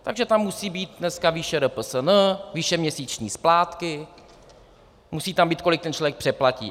Takže tam musí být dneska výše RPSN, výše měsíční splátky, musí tam být, kolik ten člověk přeplatí.